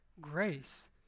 grace